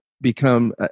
become